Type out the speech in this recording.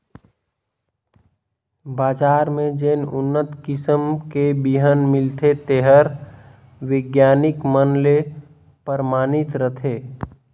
बजार में जेन उन्नत किसम के बिहन मिलथे तेहर बिग्यानिक मन ले परमानित रथे